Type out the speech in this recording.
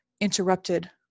interrupted